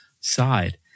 side